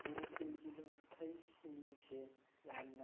ꯃꯅꯤꯄꯨꯔꯤꯒꯤ ꯂꯣꯟꯊꯩꯁꯤꯡꯁꯦ ꯌꯥꯝꯅ